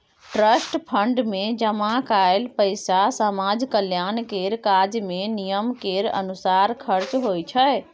trust fund मे जमा कएल पैसा समाज कल्याण केर काज मे नियम केर अनुसार खर्च होइ छै